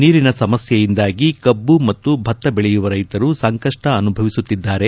ನೀರಿನ ಸಮಸ್ಟೆಯಿಂದಾಗಿ ಕಬ್ಬು ಮತ್ತು ಭತ್ತ ಬೆಳೆಯುವ ರೈತರು ಸಂಕಪ್ಪ ಅನುಭವಿಸುತ್ತಿದ್ದಾರೆ